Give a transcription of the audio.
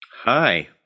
Hi